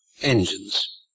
engines